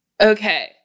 Okay